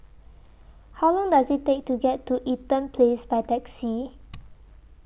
How Long Does IT Take to get to Eaton Place By Taxi